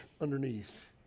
underneath